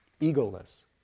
egoless